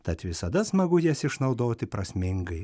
tad visada smagu jas išnaudoti prasmingai